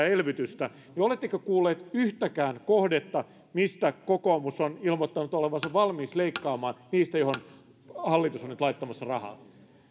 elvytystä niin oletteko kuulleet yhtäkään kohdetta mistä kokoomus on ilmoittanut olevansa valmis leikkaamaan niistä joihin hallitus on nyt laittamassa rahaa